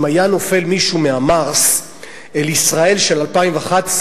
אם היה נופל מישהו ממרס לישראל של 2011,